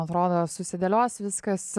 atrodo susidėlios viskas